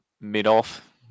mid-off